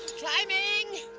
climbing.